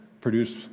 produce